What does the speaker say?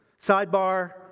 sidebar